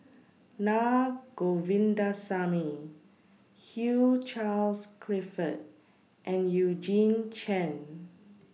Naa Govindasamy Hugh Charles Clifford and Eugene Chen